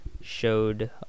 showed